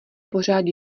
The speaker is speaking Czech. pořád